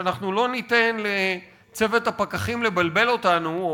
"אנחנו לא ניתן לצוות הפקחים לבלבל אותנו",